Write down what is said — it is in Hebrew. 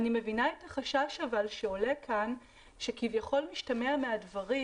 אבל אני כן מבינה את החשש שעולה כאן שכביכול משתמע מהדברים